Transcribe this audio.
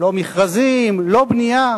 לא מכרזים, לא בנייה.